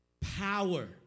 power